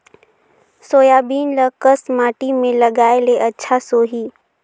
Soybean ल कस माटी मे लगाय ले अच्छा सोही?